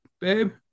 babe